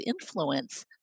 influence